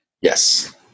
Yes